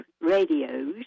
radios